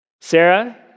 Sarah